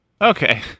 Okay